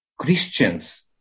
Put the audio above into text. Christians